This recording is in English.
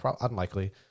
unlikely